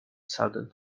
sounded